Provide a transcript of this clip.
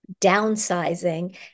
downsizing